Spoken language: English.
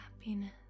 happiness